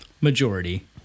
Majority